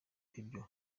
ibyo